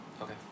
Okay